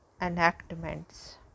enactments